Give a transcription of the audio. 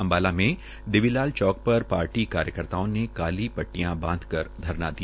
अम्बाला में देवी लाल चौक पर पार्टी कार्यकर्ताओं ने काली पट्टियां बांध कर धरना दिया